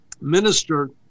minister